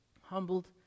humbled